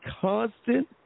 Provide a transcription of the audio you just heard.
constant